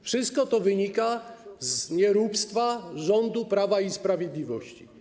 Wszystko to wynika z nieróbstwa rządu Prawa i Sprawiedliwości.